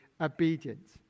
obedience